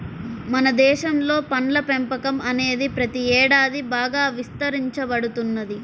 మన దేశంలో పండ్ల పెంపకం అనేది ప్రతి ఏడాది బాగా విస్తరించబడుతున్నది